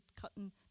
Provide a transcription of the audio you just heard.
cutting